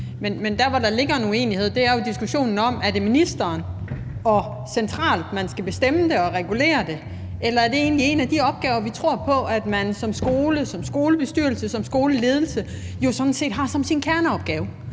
men der, hvor der ligger en uenighed, er jo i forbindelse med diskussionen om, om det skal bestemmes og reguleres ved ministeren og centralt, eller om det egentlig er en af de opgaver, vi tror på at man som skole, som skolebestyrelse, som skoleledelse sådan set har som sin kerneopgave